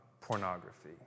pornography